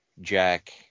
Jack